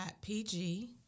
pg